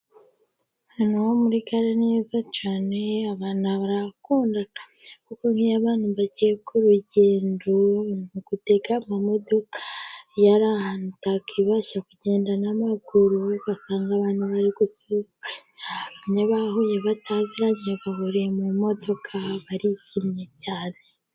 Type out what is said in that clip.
Hano niho muri gare neza cyane, abantu barahakunda kuko nk'iyo abantu bagiye k'urugendo gutega imodoka, iyo ari ahantu utakwibeshya kugenda n'amaguru ugasanga abantu bari kuzinduka cyane, bahuye bataziranye, bahuriye mu modoka, barishimye cyane.